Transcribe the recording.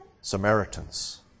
Samaritans